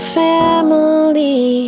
family